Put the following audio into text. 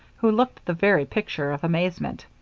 who looked the very picture of amazement.